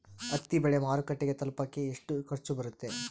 ಹತ್ತಿ ಬೆಳೆ ಮಾರುಕಟ್ಟೆಗೆ ತಲುಪಕೆ ಎಷ್ಟು ಖರ್ಚು ಬರುತ್ತೆ?